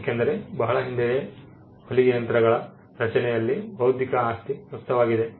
ಏಕೆಂದರೆ ಬಹಳ ಹಿಂದೆಯೇ ಹೊಲಿಗೆ ಯಂತ್ರಗಳ ರಚನೆಯಲ್ಲಿ ಬೌದ್ಧಿಕ ಆಸ್ತಿ ವ್ಯಕ್ತವಾಗಿದೆ